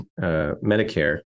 Medicare